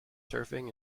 surfing